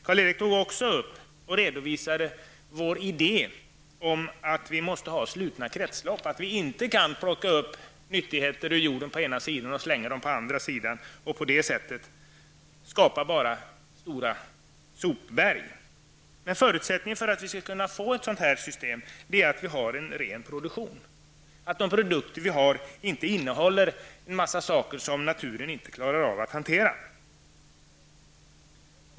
Karl Erik Olsson redovisade också vår idé om att vi måste ha slutna kretslopp, att vi inte kan plocka upp nyttigheter ur jorden på ena sidan och sedan slänga dem på andra sidan. På det sättet skapas bara stora sopberg. En förutsättning för att få ett bra system är att vi har en ren produktion, att produkterna inte innehåller en massa saker som naturen inte klarar av att hantera.